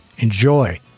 enjoy